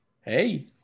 Hey